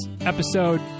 episode